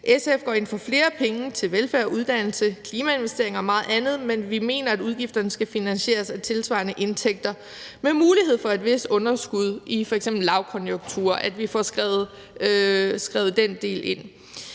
SF går ind for flere penge til velfærd, uddannelse, klimainvesteringer og meget andet, men vi mener, at udgifterne skal finansieres af tilsvarende indtægter med mulighed for et vist underskud f.eks. under en lavkonjunktur; at vi altså får skrevet den del ind.